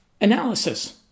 analysis